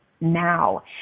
now